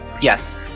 Yes